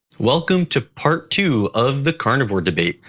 welcome to part two of the carnivore debate.